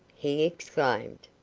he exclaimed.